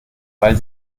weil